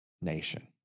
nation